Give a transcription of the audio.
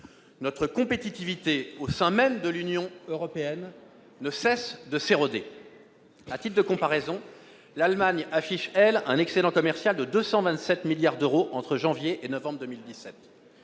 Notre compétitivité au sein même de l'Union européenne ne cesse de s'éroder. À titre de comparaison, l'Allemagne affiche, elle, un excédent commercial de 227 milliards d'euros entre janvier et novembre 2017.